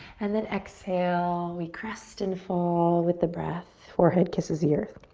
and then exhale, we crest and fall with the breath, forehead kisses the earth.